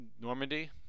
normandy